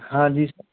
हाँ जी